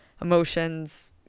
emotions